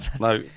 No